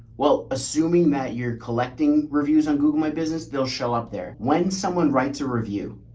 well, assuming that you're collecting reviews on google my business, they'll show up there. when someone writes a review,